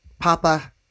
Papa